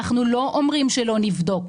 אנחנו לא אומרים שלא נבדוק.